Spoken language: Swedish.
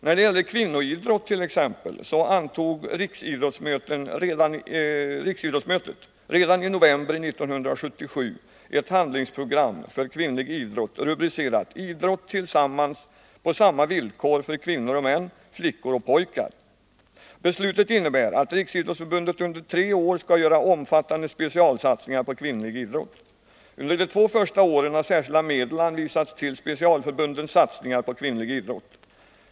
När det gäller kvinnoidrott t.ex. antog riksidrottsmötet redan i november 1977 ett handlingsprogram för kvinnlig idrott rubricerat ”Idrott tillsammans — på samma villkor för kvinnor och män, flickor och pojkar”. Beslutet innebär att Riksidrottsförbundet under tre år skall göra omfattande specialsatsningar på kvinnlig idrott. Under de två första åren har särskilda medel anvisats till specialförbundens satsningar på kvinnlig idrott.